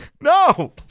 No